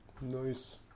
nice